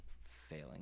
failing